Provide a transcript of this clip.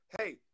hey